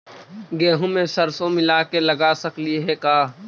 गेहूं मे सरसों मिला के लगा सकली हे का?